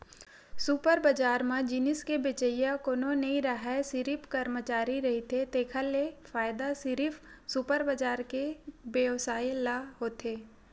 super बजार म जिनिस के बेचइया कोनो नइ राहय सिरिफ करमचारी रहिथे तेखर ले फायदा सिरिफ सुपर बजार के बेवसायी ल होथे